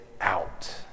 out